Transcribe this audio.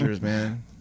man